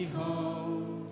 home